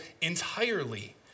entirely